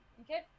Okay